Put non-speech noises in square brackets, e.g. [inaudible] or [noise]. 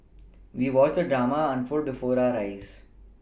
we watched drama unfold before [unintelligible] eyes